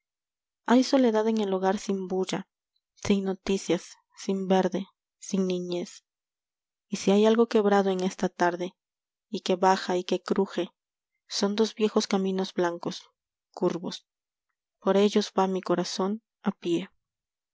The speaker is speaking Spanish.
hay soledad en el hogar sin bulla sin noticias sin verde sin niñez y si hay algo quebrado en esta larde y que baja y que cruge son dos viejos caminos blancos curvos por ellos va mi corazón a pie